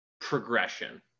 progression